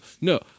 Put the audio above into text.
No